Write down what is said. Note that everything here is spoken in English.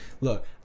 Look